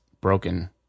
broken